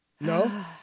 No